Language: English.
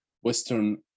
western